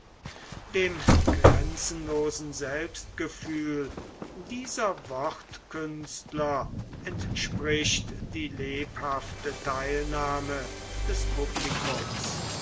dem grenzenlosen selbstgefühl dieser wortkünstler entspricht die lebhafte teilnahme des publikums